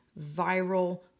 viral